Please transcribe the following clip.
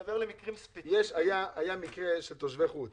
היה מקרה של תושבי חוץ